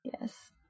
Yes